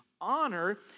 Honor